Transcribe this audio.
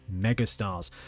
megastars